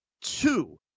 two